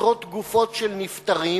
עשרות גופות של נפטרים